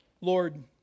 Lord